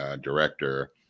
director